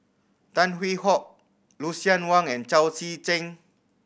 Tan Hwee Hock Lucien Wang and Chao Tzee Cheng